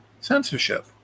censorship